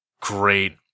great